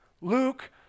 Luke